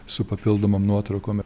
su papildomom nuotraukom ir